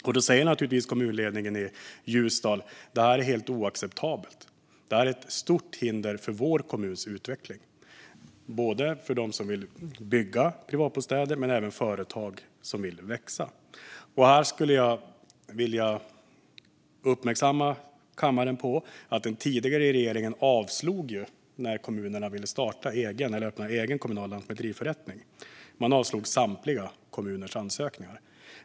Kommunledningen i Ljusdal säger naturligtvis att detta är helt oacceptabelt och ett stort hinder för kommunens utveckling, både för dem som vill bygga privatbostäder och för företag som vill växa. Här skulle jag vilja uppmärksamma kammaren på att när kommunerna ville öppna egen kommunal lantmäteriförrättning avslog den tidigare regeringen samtliga kommuners ansökningar.